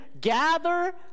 gather